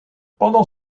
pendant